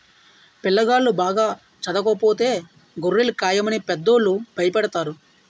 పిల్లాగాళ్ళు బాగా చదవకపోతే గొర్రెలు కాయమని పెద్దోళ్ళు భయపెడతారు